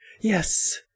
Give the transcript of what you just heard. Yes